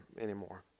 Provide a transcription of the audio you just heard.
anymore